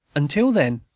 until then,